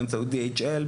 באמצעות DHL,